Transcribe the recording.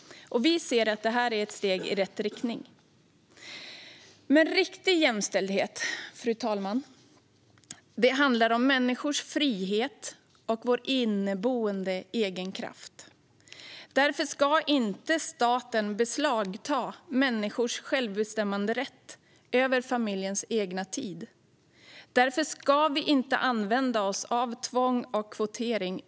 Det här är ett steg i rätt riktning. Fru talman! Riktig jämställdhet handlar om människors frihet och vår inneboende egenkraft. Därför ska inte staten beslagta människors självbestämmanderätt över familjens egen tid. Därför ska vi inte använda oss av tvång och kvotering.